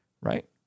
right